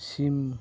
ᱥᱤᱢ